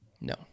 No